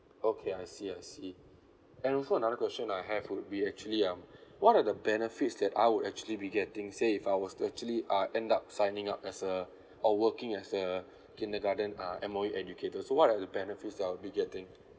okay I see I see and also another question I have would be actually um what are the benefits that I would actually be getting say if I was to actually uh end up signing up as a or working as a kindergarten uh M_O_E educator so what are the benefits I'll be getting